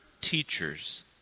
teachers